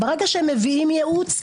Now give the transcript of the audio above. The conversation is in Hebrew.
ברגע שהם מביאים ייעוץ,